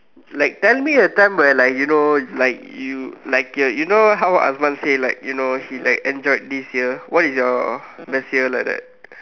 like tell me a time where like you know like you like you're you know how Azman say like you know he like enjoyed this year what is your best year like that